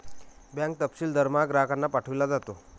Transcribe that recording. bank तपशील दरमहा ग्राहकांना पाठविला जातो